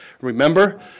Remember